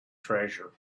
treasure